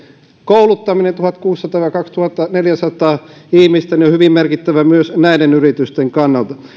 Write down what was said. kouluttaminen tuhatkuusisataa viiva kaksituhattaneljäsataa ihmistä on hyvin merkittävää myös näiden yritysten kannalta